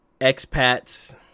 expats